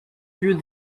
through